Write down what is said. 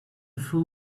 full